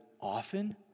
often